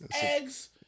eggs